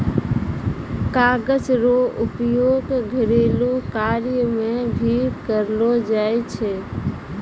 कागज रो उपयोग घरेलू कार्य मे भी करलो जाय छै